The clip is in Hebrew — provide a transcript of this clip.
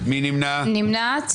אם לדוגמה הוא הקריא 4421 עד 4440,